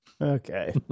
Okay